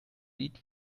lead